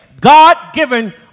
God-given